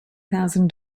thousand